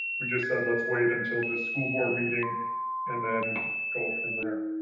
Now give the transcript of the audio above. we just said, let's wait until this school board meeting and then go from there.